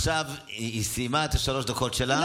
עכשיו היא סיימה את שלוש הדקות שלה,